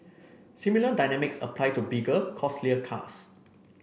similar dynamics apply to bigger costlier cars